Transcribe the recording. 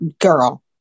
girl